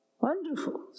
Wonderful